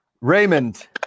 Raymond